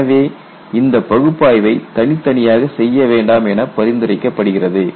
எனவே இந்த பகுப்பாய்வை தனித்தனியாக செய்ய வேண்டாம் என பரிந்துரைக்கப்படுகிறது